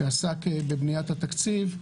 שעסק בבניית התקציב,